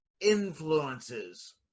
influences